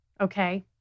okay